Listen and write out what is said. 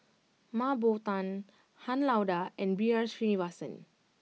Mah Bow Tan Han Lao Da and B R Sreenivasan